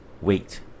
weight